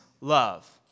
love